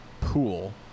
pool